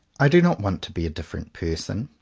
i do not want to be a dif ferent person.